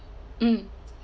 mm